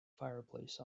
fireplace